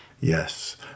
Yes